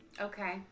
Okay